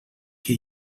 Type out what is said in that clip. que